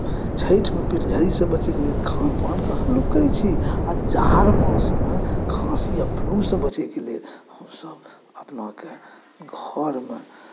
चैतमे पेटझड़ीसँ बचयके लेल खान पान हल्लुक करैत छी आ जाड़ मासमे खाँसी आ फ्लूसँ बचयके लेल हमसभ अपनाके घरमे